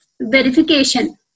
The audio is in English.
verification